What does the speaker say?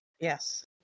Yes